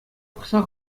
пӑхса